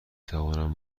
توانم